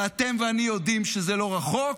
ואתם ואני יודעים שזה לא רחוק,